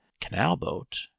canal-boat